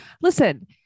listen